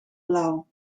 blauw